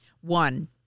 one